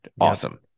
awesome